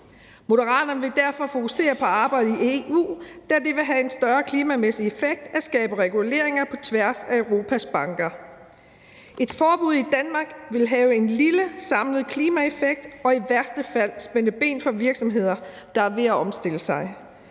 Moderaterne vil derfor fokusere på arbejdet i EU, da det vil have en større klimamæssig effekt at skabe reguleringer på tværs af Europas banker. Et forbud i Danmark vil have en lille samlet klimaeffekt og i værste fald spænde ben for virksomheder, der er ved at omstille sig.